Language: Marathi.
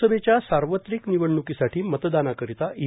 लोकसभेच्या सार्वत्रिक निवडणूकीसाठी मतदानाकरिता ई